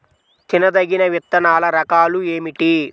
తినదగిన విత్తనాల రకాలు ఏమిటి?